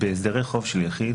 בהסדרי חוב של יחיד,